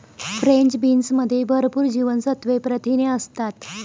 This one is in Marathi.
फ्रेंच बीन्समध्ये भरपूर जीवनसत्त्वे, प्रथिने असतात